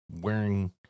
wearing